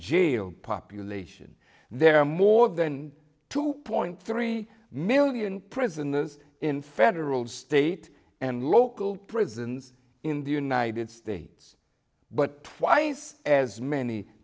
jail population there are more than two point three million prisoners in federal state and local prisons in the united states but twice as many